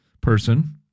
person